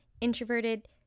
introverted